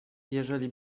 jeżeli